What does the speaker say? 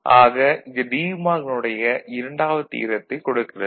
ஆக இது டீ மார்கனுடைய இரண்டாவது தியரத்தைக் De Morgan's Second Theorem கொடுக்கிறது